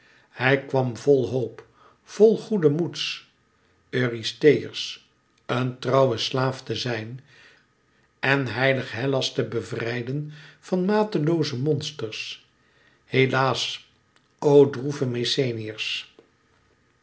hij kwam vol hoop vol goeden moeds eurystheus een trouwe slaaf te zijn en heilig hellas te bevrijden van matelooze monsters helaas